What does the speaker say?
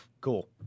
cool